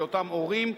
היותם הורים,